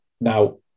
Now